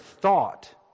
thought